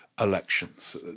elections